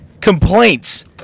complaints